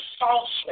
falsely